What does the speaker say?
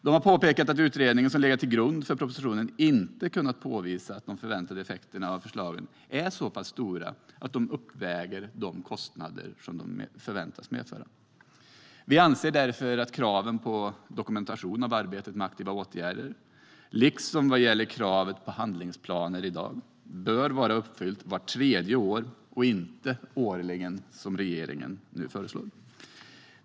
IFAU har påpekat att utredningen som legat till grund för propositionen inte har kunnat påvisa att de förväntade effekterna av förslagen är så stora att de uppväger de kostnader som de förväntas medföra. Vi anser därför att kravet på dokumentation av arbetet med aktiva åtgärder liksom dagens krav på handlingsplaner bör vara uppfyllt vart tredje år och inte årligen som regeringen nu föreslår.